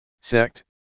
Sect